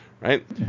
right